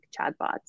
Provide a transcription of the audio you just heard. chatbots